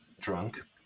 drunk